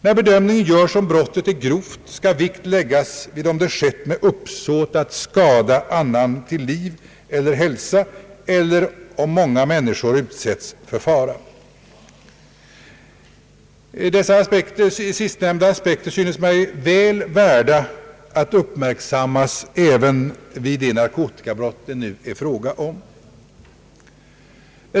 När bedömning görs om brottet är grovt skall vikt läggas vid om det skett med uppsåt att skada annan till liv eller hälsa eller om många människor utsätts för fara. Sistnämnda aspekter synes mig väl värda att uppmärksammas även vid de narkotikabrott det nu är fråga om.